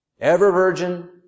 Ever-Virgin